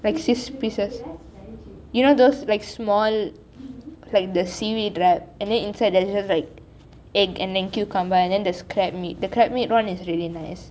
you know those like small like the seaweed wrap and then inside there is like egg and then cucumber and then there's crab meat the crabmeat one is really nice